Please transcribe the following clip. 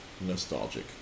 nostalgic